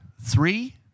Three